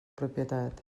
propietat